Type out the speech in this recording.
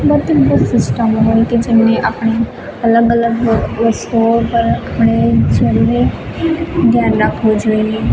બધી બસ સિસ્ટમ હોય કે જેમણે આપણે અલગ અલગ વસ્તુઓ પર આપણે જરૂરી ધ્યાન રાખવું જોઈએ